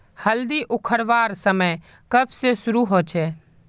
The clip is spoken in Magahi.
हल्दी उखरवार समय कब से शुरू होचए?